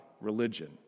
religion